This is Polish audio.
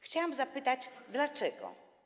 Chciałam zapytać dlaczego.